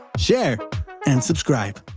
share and subscribe.